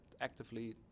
actively